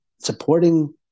supporting